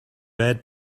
read